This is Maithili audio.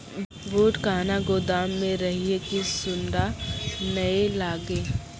बूट कहना गोदाम मे रखिए की सुंडा नए लागे?